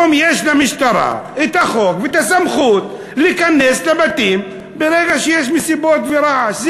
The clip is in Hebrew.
היום יש למשטרה חוק וסמכות להיכנס לבתים ברגע שיש מסיבות ורעש.